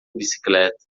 bicicleta